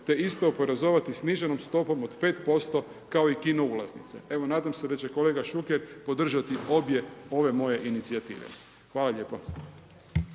te isto oporezovati sniženom stopom od 5% kao i kino ulaznice. Evo nadam se da će kolega Šuker podržati obje ove moje inicijative. Hvala lijepo.